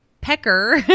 Pecker